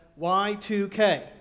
Y2K